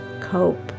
cope